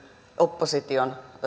opposition